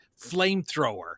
flamethrower